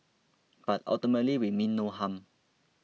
but ultimately we mean no harm